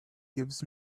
gives